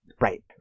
Right